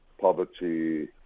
poverty